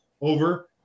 over